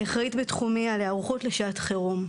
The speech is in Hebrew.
אני אחראית בתחומי על היערכות לשעת חירום.